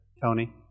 Tony